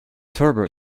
turbo